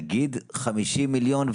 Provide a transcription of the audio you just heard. נגיד 50 מיליון,